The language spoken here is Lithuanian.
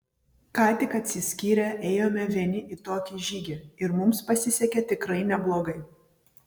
ką tik atsiskyrę ėjome vieni į tokį žygį ir mums pasisekė tikrai neblogai